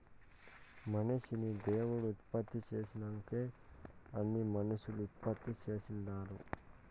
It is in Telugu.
మనిషిని దేవుడు ఉత్పత్తి చేసినంకే అన్నీ మనుసులు ఉత్పత్తి చేస్తుండారు